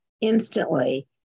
instantly